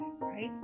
right